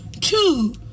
two